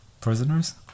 prisoners